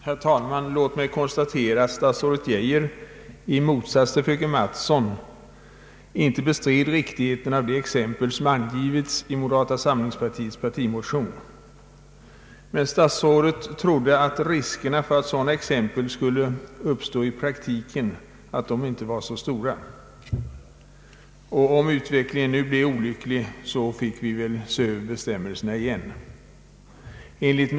Herr talman! Låt mig konstatera att statsrådet Geijer i motsats till fröken Mattson inte bestred riktigheten av de exempel som angivits i moderata samlingspartiets partimotion. Statsrådet trodde att riskerna för att sådana saker skulle förekomma i praktiken inte var så stora. Om utvecklingen blir olycklig får vi se över bestämmelserna igen, menade han.